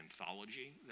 anthology